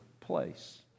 place